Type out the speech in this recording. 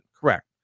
Correct